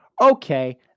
Okay